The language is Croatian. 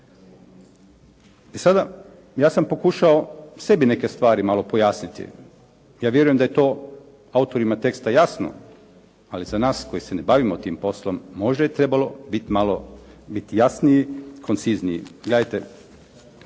Sada, ja sam pokušao sebi neke stvari malo pojasniti. Ja vjerujem da je to autorima teksta jasno, ali za nas koji se ne bavimo tim poslom možda je trebalo biti malo biti jasniji, koncizniji.